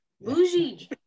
bougie